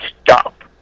stop